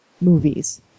movies